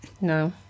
No